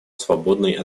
свободной